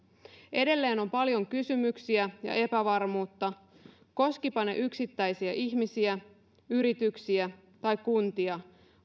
edelleen on paljon kysymyksiä ja epävarmuutta koskivatpa ne yksittäisiä ihmisiä yrityksiä tai kuntia